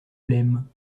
blême